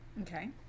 Okay